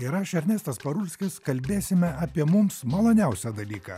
ir aš ernestas parulskis kalbėsime apie mums maloniausią dalyką